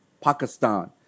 Pakistan